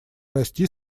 расти